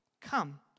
Come